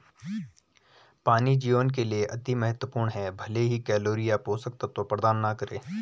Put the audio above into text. पानी जीवन के लिए अति महत्वपूर्ण है भले ही कैलोरी या पोषक तत्व प्रदान न करे